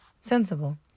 sensible